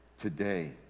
today